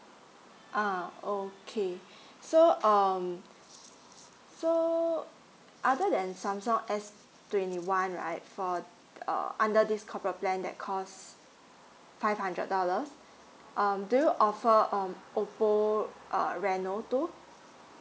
ah okay so um so other than samsung S twenty one right for uh under these corporate plan that cost five hundred dollars um do you offer um oppo uh reno too